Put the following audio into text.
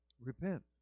repent